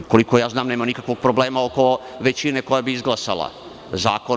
Koliko znam, nema nikakvog problema oko većine koja bi izglasala zakon.